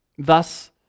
Thus